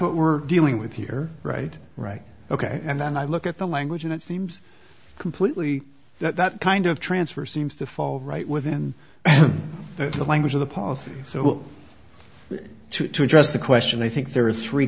what we're dealing with here right right ok and then i look at the language and it seems completely that kind of transfer seems to fall right within the language of the policy so to address the question i think there are three